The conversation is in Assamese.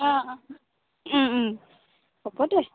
অঁ অঁ হ'ব দেই